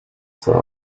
size